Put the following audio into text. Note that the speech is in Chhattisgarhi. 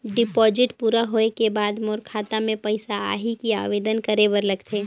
डिपॉजिट पूरा होय के बाद मोर खाता मे पइसा आही कि आवेदन करे बर लगथे?